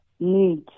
need